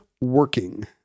working